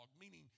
meaning